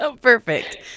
Perfect